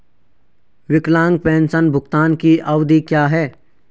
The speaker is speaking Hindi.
विकलांग पेंशन भुगतान की अवधि क्या है?